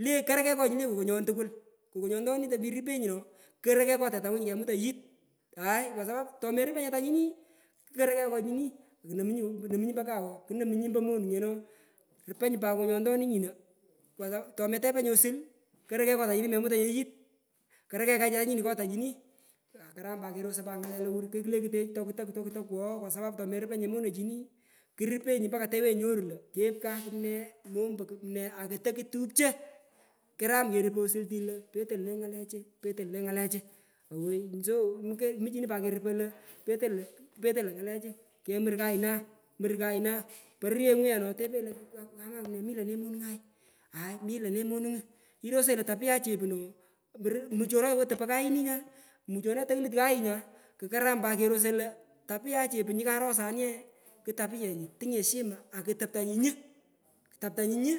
Lee karagh kegh ngo kokonyon tukul, kokonyontonini tumeripenyinye ooh korokegh ngo tetangu nyu kemutanyi yit aah kwa sapapu tomeriponyinye tanyini korokegh ngonyini kuko tukonomunyi mbokawa mamungo ombo monungeno rupenyi pat kokonyontonini nyiho ngalan pich kwa sapapu tometepenyinye osulu korokegh ngo tanyini memutanye yit korokegh kanyaye nyini ngo tanyini akaram pat kerosoy pat ngale lowar kulekutech toka tokutokwogho kwa sapapu tomerupanyi monechini kurupenyi mpaka tewenyi nyoru lo kep kakumne mombo kumne akutoku tupcho karam keru poi osultin lo petoi lone ngalechi petol lone ngalechu owoi so owoi muchini pat keruppi lo petoi lo ngalechu kemur kayna kemur kayna pororyengu yeno topenyi lo ngalechu lo kamamne mi lone monungay aa mi lone monungu irosengi tapia chepuno mure machonoi topo kayoni nya muhonoi tokuluk kayu nya kukaram pat kerosoi lo tapia chepu nyukarosa nye ku tapiyenyi tung eshima akutoptanyi nyu top tanyi nyu